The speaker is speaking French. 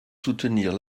soutenir